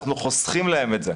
אנחנו חוסכים להם את זה.